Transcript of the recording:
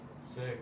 sick